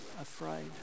afraid